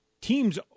teams